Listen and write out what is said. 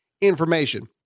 information